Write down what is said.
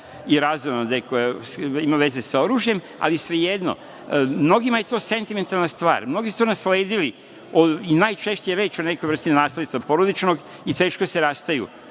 i razonode koja ima veze sa oružjem, ali svejedno, mnogima je to sentimentalna stvar, mnogi su to nasledili. Najčešće je reč o nekoj vrsti nasledstva porodičnog i teško se rastaju